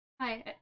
Hi